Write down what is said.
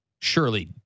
Surely